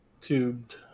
tubed